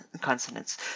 consonants